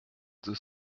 deux